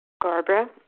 Barbara